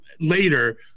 later